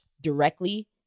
directly